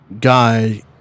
guy